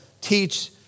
teach